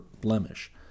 blemish